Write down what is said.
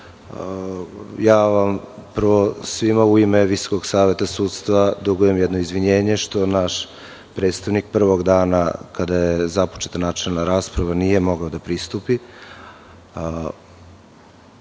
skupštini. Prvo, svima u ime Visokog saveta sudstva dugujem jedno izvinjenje što naš predstavnik prvog dana, kada je započeta načelna rasprava, nije mogao da pristupi.